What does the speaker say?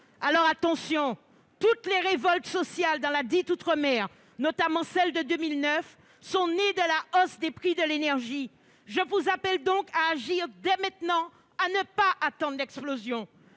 Alors, attention ! Toutes les révoltes sociales dans la dite outre-mer, notamment celle de 2009, sont nées de la hausse des prix de l'énergie. Je vous appelle donc à agir dès maintenant, à ne pas attendre l'explosion.